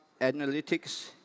analytics